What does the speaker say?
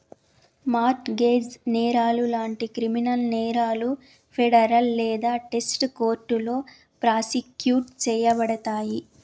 mart gauge నేరాలు లాంటి criminal నేరాలు ఫెడరల్ లేదా స్టేట్ కోర్టులో ప్రాసిక్యూట్ చేయబడతయి